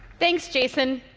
thanks, jason.